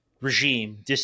regime